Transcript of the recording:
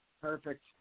Perfect